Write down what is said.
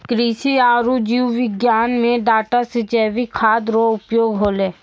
कृषि आरु जीव विज्ञान मे डाटा से जैविक खाद्य रो उपयोग होलै